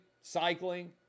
cycling